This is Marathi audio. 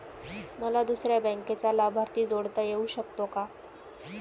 मला दुसऱ्या बँकेचा लाभार्थी जोडता येऊ शकतो का?